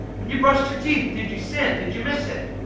when you brushed your teeth, did you sin? did you miss it?